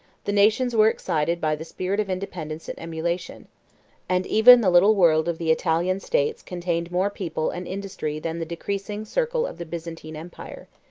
the nations were excited by the spirit of independence and emulation and even the little world of the italian states contained more people and industry than the decreasing circle of the byzantine empire.